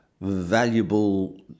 valuable